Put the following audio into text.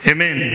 Amen